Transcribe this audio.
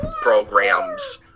programs